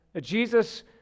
Jesus